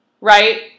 right